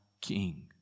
King